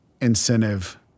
incentive